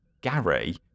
Gary